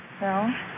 No